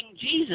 Jesus